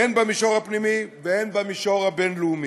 הן במישור הפנימי והן במישור הבין-לאומי.